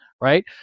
right